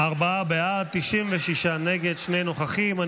ארבעה בעד, 96 נגד, שני נוכחים.